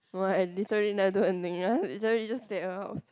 no i literally never do anything i literally just stay at her house